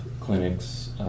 clinics